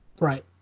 right